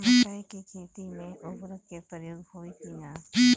मकई के खेती में उर्वरक के प्रयोग होई की ना?